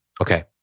Okay